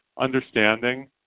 understanding